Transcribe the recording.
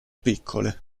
piccole